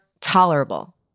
tolerable